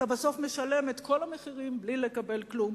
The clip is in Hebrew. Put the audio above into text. אתה בסוף משלם את כל המחירים בלי לקבל כלום,